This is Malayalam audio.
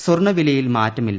സ്വർണവിലയിൽ മാറ്റമില്ല